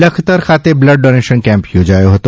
લખતર ખાતે blood donation camp યોજાયો હતો